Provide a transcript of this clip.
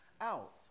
out